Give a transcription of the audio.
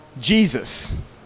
Jesus